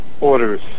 orders